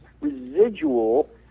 residual